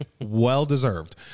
well-deserved